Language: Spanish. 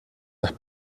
las